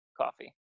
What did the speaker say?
coffee